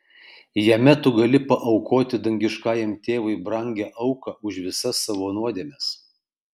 jame tu gali paaukoti dangiškajam tėvui brangią auką už visas savo nuodėmes